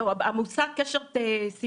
קשה מאוד להוכיח את המושג "קשר סיבתי".